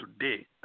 today